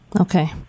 Okay